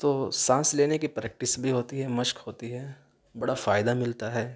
تو سانس لینے کی پریکٹس بھی ہوتی ہے مشق ہوتی ہے بڑا فائدہ ملتا ہے